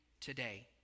today